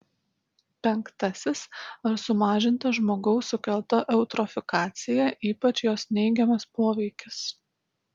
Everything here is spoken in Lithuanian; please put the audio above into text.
penktasis ar sumažinta žmogaus sukelta eutrofikacija ypač jos neigiamas poveikis